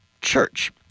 church